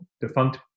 defunct